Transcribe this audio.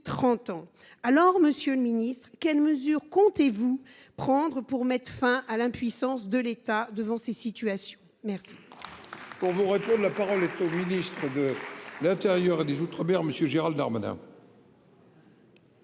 Alors Monsieur le Ministre, quelles mesures comptez-vous prendre pour mettre fin à l'impuissance de l'État devant ces situations. Merci. Pour vous retenir de la parole est au ministre de la. Ailleurs et des Outre-mer monsieur Gérald Darmanin.